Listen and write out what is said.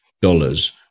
dollars